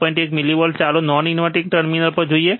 1 millivolt ચાલો non inverting terminal પર જોઈએ